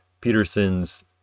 Peterson's